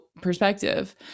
perspective